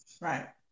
right